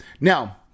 Now